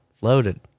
loaded